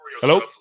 Hello